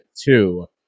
two